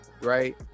Right